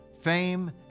fame